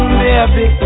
baby